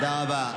תודה רבה.